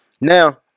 Now